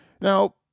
Now